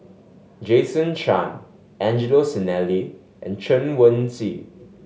Jason Chan Angelo Sanelli and Chen Wen Hsi